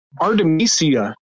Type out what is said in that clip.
Artemisia